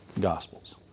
Gospels